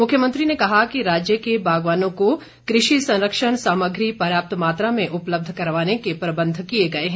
मुख्यमंत्री ने कहा कि राज्य के बागवानों को कृषि संरक्षण सामग्री पर्याप्त मात्रा में उपलब्ध करवाने के प्रबंध किए गए हैं